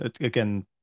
again